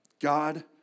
God